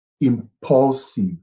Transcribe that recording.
impulsive